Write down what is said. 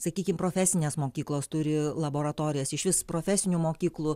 sakykim profesinės mokyklos turi laboratorijas išvis profesinių mokyklų